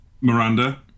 Miranda